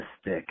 stick